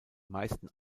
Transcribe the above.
meisten